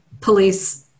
police